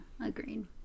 agreed